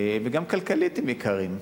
וגם כלכלית הם יקרים,